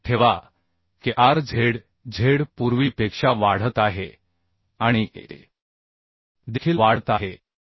लक्षात ठेवा की Rzz पूर्वीपेक्षा वाढत आहे आणि a देखील वाढत आहे